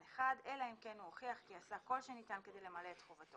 (1) אלא אם כן הוא הוכיח כי עשה כל שניתן כדי למלא את חובתו.